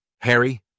Harry